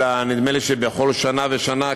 אלא נדמה לי שבכל שנה ושנה,